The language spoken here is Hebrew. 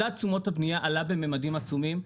מדד תשומות הבניה עלה במימדים עצומים,